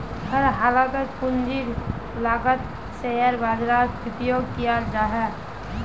हर हालतत पूंजीर लागतक शेयर बाजारत उपयोग कियाल जा छे